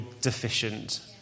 deficient